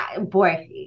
Boy